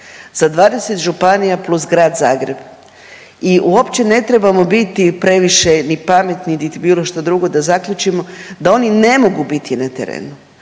za 20 županija + Grad Zagreb i uopće ne trebamo biti previše ni pametni niti bilo što drugo da zaključimo da oni ne mogu biti na terenu,